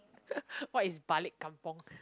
what is balik kampung